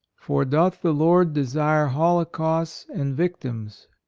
for doth the lord desire holocausts and victims,